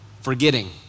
forgetting